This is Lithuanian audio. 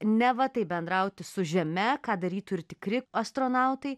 neva tai bendrauti su žeme ką darytų ir tikri astronautai